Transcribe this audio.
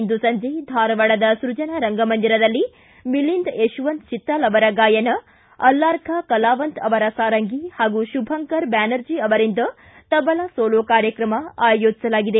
ಇಂದು ಸಂಜೆ ಧಾರವಾಡದ ಸೃಜನಾ ರಂಗಮಂದಿರದಲ್ಲಿ ಮಿಲಿಂದ್ ಯಶವಂತ ಚಿತ್ತಾಲ ಅವರ ಗಾಯನ ಅಲ್ಲಾರಖಾ ಕಲಾವಂತ ಅವರ ಸಾರಂಗಿ ಹಾಗೂ ಶುಭಂಕರ ಬ್ಹಾನರ್ಜಿ ಅವರಿಂದ ತಬಲಾ ಸೋಲೊ ಕಾರ್ಯಕ್ರಮ ಆಯೋಜಿಸಲಾಗಿದೆ